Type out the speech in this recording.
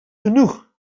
genoeg